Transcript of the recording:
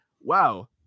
wow